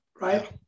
right